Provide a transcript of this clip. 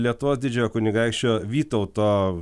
lietuvos didžiojo kunigaikščio vytauto